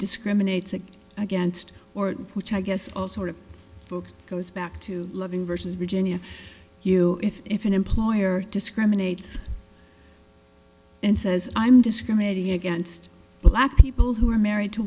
discriminates against against or which i guess all sort of folks goes back to loving versus virginia you if an employer discriminates and says i'm discriminating against black people who are married to